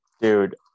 Dude